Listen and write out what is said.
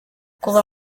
kuva